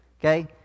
Okay